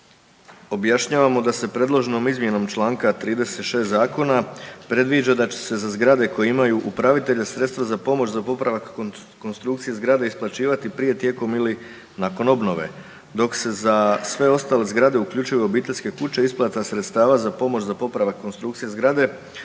objašnjavamo da se predloženom izmjenom čl. 36. zakona predviđa da će se za zgrade koje imaju upravitelja sredstva za pomoć za popravak konstrukcije zgrade isplaćivati prije, tijekom ili nakon obnove, dok se za sve ostale zgrade, uključivo i obiteljske kuće isplata sredstava za pomoć za popravak konstrukcije zgrade